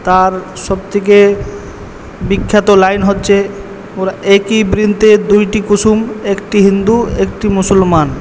তার সব থেকে বিখ্যাত লাইন হচ্ছে মোরা একই বৃন্তে দুইটি কুসুম একটি হিন্দু একটি মুসলমান